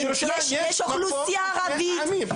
יש אוכלוסייה ערבית,